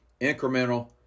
incremental